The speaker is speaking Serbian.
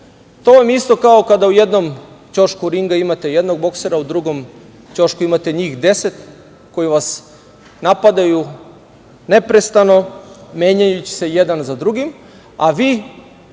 to vam je isto kao kada u jednom ćošku ringa imate jednog boksera, a u drugom ćošku imate njih 10 koji vas napadaju neprestano, menjajući se jedan za drugim, a vi